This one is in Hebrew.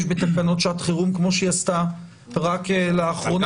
בתקנות שעת חירום כמו שעשתה רק לאחרונה,